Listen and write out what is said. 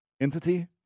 entity